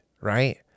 right